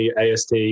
AST